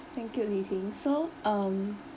thank you li-ting so um